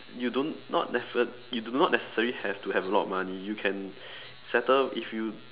you don't not nece~ you do not necessarily have to have a lot of money you can settle if you